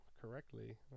correctly